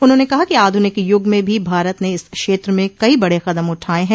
उन्होंने कहा कि आधुनिक युग में भी भारत ने इस क्षेत्र में कई बड़े कदम उठाए हैं